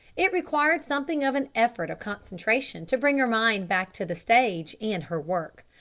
it required something of an effort of concentration to bring her mind back to the stage and her work.